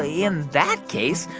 ah yeah in that case,